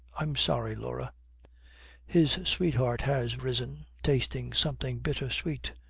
i'm sorry, laura his sweetheart has risen, tasting something bitter-sweet.